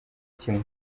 kimwe